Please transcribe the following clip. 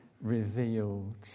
revealed